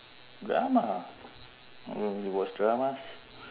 drama I don't really watch dramas